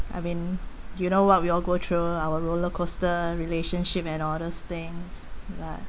I mean you know what we all go through our roller coaster relationship and all those things lah